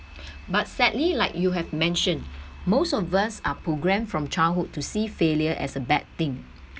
but sadly like you have mentioned most of us are programmed from childhood to see failure as a bad thing